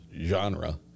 genre